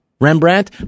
rembrandt